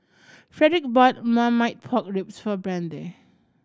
Fredric bought Marmite Pork Ribs for Brandee